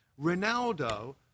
Ronaldo